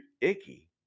icky